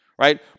Right